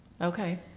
Okay